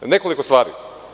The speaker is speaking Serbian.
Nekoliko stvari.